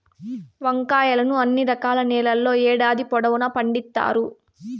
వంకాయలను అన్ని రకాల నేలల్లో ఏడాది పొడవునా పండిత్తారు